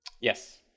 Yes